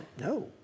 no